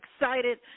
excited